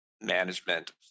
management